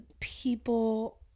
people